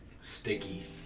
sticky